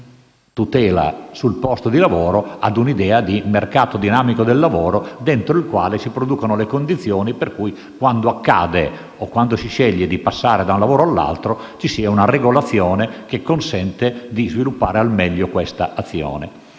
tutela sul posto di lavoro a una idea di mercato dinamico del lavoro dentro il quale si producono le condizioni per cui, quando accade o quando si sceglie di passare da un lavoro all'altro, ci sia una regolazione che consente di sviluppare al meglio questa azione.